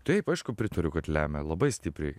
taip aišku pritariu kad lemia labai stipriai